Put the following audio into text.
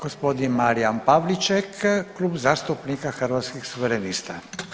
Gospodin Marijan Pavliček, Klub zastupnika Hrvatskih suverenista.